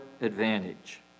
advantage